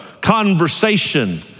conversation